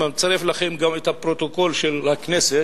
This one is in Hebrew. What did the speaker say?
אני מצרף לכם גם את הפרוטוקול של הכנסת,